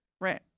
Right